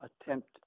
attempt